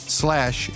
slash